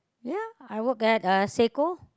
ya I work at uh Seiko